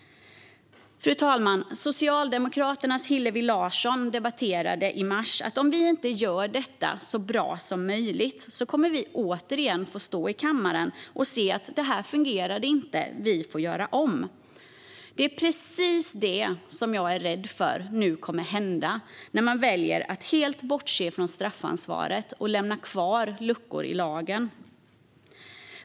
Fru talman! Socialdemokraternas Hillevi Larsson sa i debatten i mars: Om vi inte gör detta så bra som möjligt kommer vi återigen att få stå i kammaren och se att det inte fungerade, och så får vi göra om det. Det är precis det som jag är rädd för nu kommer att hända, när man väljer att helt bortse från straffansvaret och lämna kvar luckor i lagen.